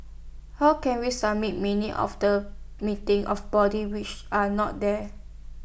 how can we submit minutes of the meeting of bodies which are not there